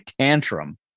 tantrum